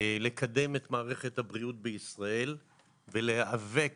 לקדם את מערכת הבריאות בישראל ולהיאבק